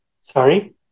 Sorry